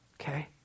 Okay